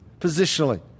positionally